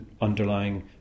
underlying